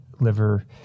liver